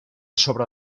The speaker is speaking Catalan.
sobre